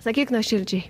sakyk nuoširdžiai